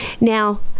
now